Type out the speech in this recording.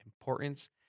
importance